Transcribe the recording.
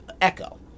Echo